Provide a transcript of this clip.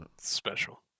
special